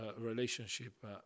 relationship